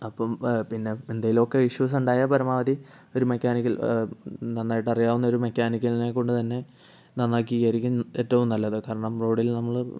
അപ്പം പിന്നെ എന്തേലും ഒക്കെ ഇഷ്യൂസ് ഉണ്ടായാൽ പരമാവധി ഒരു മെക്കാനിക്കൽ നന്നായിട്ട് അറിയാവുന്ന ഒരു മെക്കാനിക്കലിനെ കൊണ്ട് തന്നെ നന്നാക്കിക്കയായിരിക്കും ഏറ്റവും നല്ലത് കാരണം റോഡിൽ നമ്മൾ